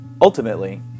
Ultimately